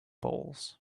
bowls